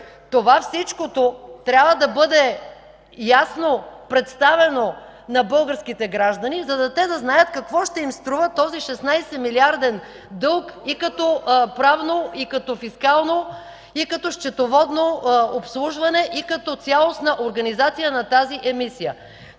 това трябва да бъде ясно представено на българските граждани, за да знаят те какво ще им струва този 16-милиарден дълг и като правно, и като фискално, и като счетоводно обслужване, и като цялостна организация на тази емисия.